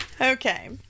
Okay